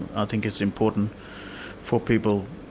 i think it's important for people,